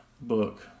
book